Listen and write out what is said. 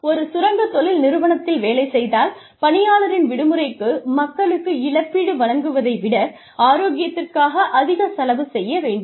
நாம் ஒரு சுரங்க தொழில் நிறுவனத்தில் வேலை செய்தால் பணியாளர்கள் விடுமுறைக்கு மக்களுக்கு இழப்பீடு வழங்குவதை விட ஆரோக்கியத்திற்காக அதிக செலவு செய்ய வேண்டும்